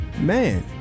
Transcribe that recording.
man